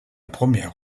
première